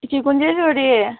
ꯏꯆꯦ ꯀꯨꯟꯖꯦꯁꯣꯔꯤ